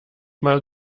mal